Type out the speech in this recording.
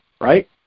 right